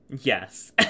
Yes